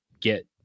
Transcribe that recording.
get